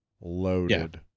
Loaded